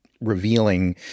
revealing